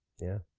yeah,